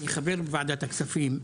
אני חבר בוועדת הכספים.